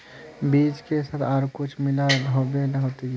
बीज के साथ आर कुछ मिला रोहबे ला होते की?